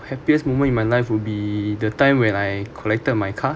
happiest moment in my life would be the time when I collected my car